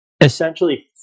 Essentially